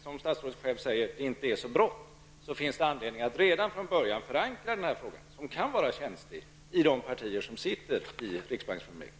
Som sagt, när det nu inte är så bråttom finns det anledning att redan från början förankra denna fråga, som kan vara känslig för de partier som finns representerade i riksbanksfullmäktige.